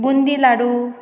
boondi लाडू